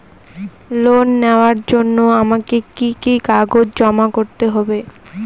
Loan নেওয়ার জন্য আমাকে কি কি কাগজ জমা করতে হবে?